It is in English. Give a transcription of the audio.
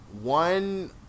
One